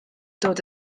dod